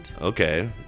Okay